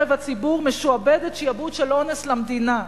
הציבור משועבדת שעבוד של אונס למדינה.